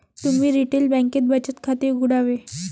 तुम्ही रिटेल बँकेत बचत खाते उघडावे